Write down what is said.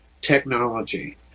technology